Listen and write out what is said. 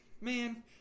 Man